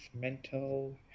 mental